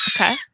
Okay